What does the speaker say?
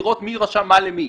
לראות מי רשם מה למי.